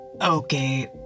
Okay